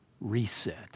reset